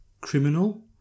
criminal